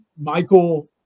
Michael